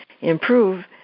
improve